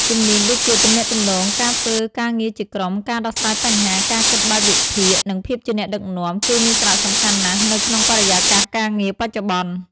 ជំនាញដូចជា ទំនាក់ទំនង ការធ្វើការងារជាក្រុម ការដោះស្រាយបញ្ហា ការគិតបែបវិភាគ និងភាពជាអ្នកដឹកនាំ គឺមានសារៈសំខាន់ណាស់នៅក្នុងបរិយាកាសការងារបច្ចុប្បន្ន។